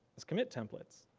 is commit templates.